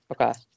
Okay